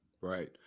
Right